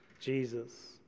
Jesus